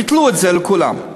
ביטלו את זה, נקודה.